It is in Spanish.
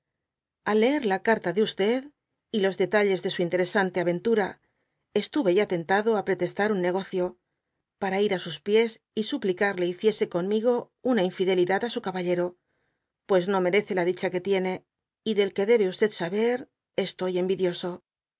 al leer la carta de y los detalles de su interesante aventura estuve ya tentado á pretestar un negocio para ir á sus pies y suplicarle hiciese conmigo una infidelidad á su caballero pues no merece la dicha que tiene y del que debe saber estoy envidioso